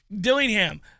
Dillingham